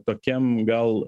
tokiam gal